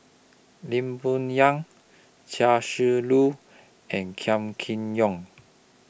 Lee Boon Yang Chia Shi Lu and Kam Kee Yong